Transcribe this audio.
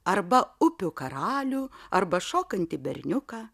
arba upių karalių arba šokantį berniuką